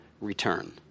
return